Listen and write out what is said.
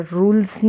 rules